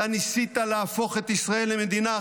אתה ניסית להפוך את ישראל למדינה אחרת,